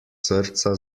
srca